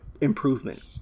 improvement